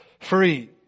Free